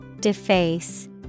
Deface